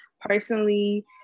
personally